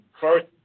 first